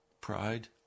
pride